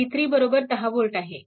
v3 10V आहे